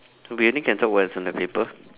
we only can talk what's on the paper